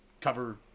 cover